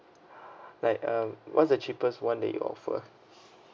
like um what's the cheapest one that you offer